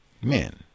men